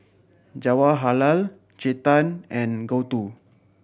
Jawaharlal Chetan and Gouthu